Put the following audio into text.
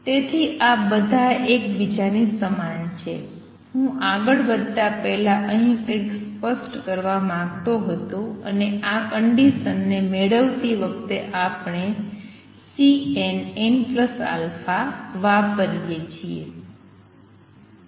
તેથી આ બધા એકબીજાની સમાન છે હું આગળ વધતા પહેલા અહીં કંઈક સ્પષ્ટ કરવા માંગતો હતો અને આ કંડિસન ને મેળવતી વખતે આપણે Cnnαવાપરીએ છીએ